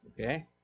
Okay